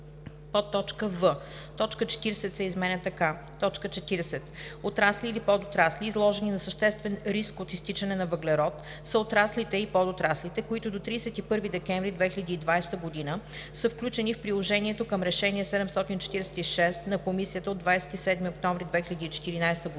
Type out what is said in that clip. ал. 7.“; в) точка 40 се изменя така: „40. „Отрасли или подотрасли, изложени на съществен риск от изтичане на въглерод“ са отраслите и подотраслите, които до 31 декември 2020 г. са включени в приложението към Решение 746 на Комисията от 27 октомври 2014 година